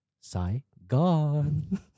Saigon